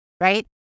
right